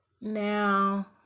now